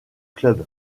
club